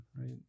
right